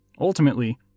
Ultimately